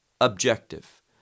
objective